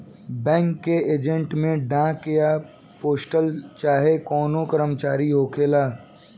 bank के agent में डाक या पोस्टल चाहे कवनो कर्मचारी होखेला